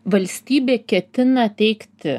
valstybė ketina teikti